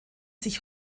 sich